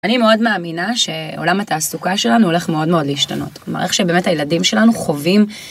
אני מאוד מאמינה שעולם התעסוקה שלנו הולך מאוד מאוד להשתנות, כלומר איך שבאמת הילדים שלנו חווים.